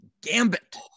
Gambit